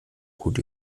gut